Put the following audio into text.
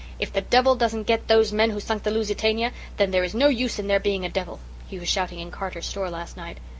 if the devil doesn't get those men who sunk the lusitania then there is no use in there being a devil he was shouting in carter's store last night.